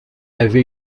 avait